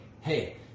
hey